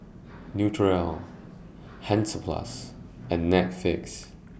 Naturel Hansaplast and Netflix